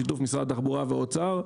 בשיתוף משרד התחבורה והאוצר.